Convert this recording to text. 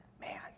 Man